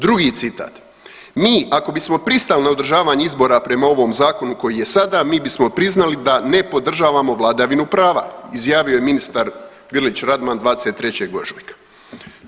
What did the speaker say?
Drugi citat, mi ako bismo pristali na održavanje izbora prema ovom zakonu koji je sada mi bismo priznali da ne podržavamo vladavinu prava, izjavio je ministar Grlić Radman 23. ožujka.